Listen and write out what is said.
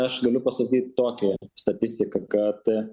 aš galiu pasakyti tokią statistiką kad